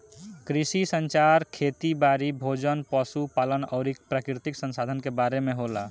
कृषि संचार खेती बारी, भोजन, पशु पालन अउरी प्राकृतिक संसधान के बारे में होला